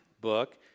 book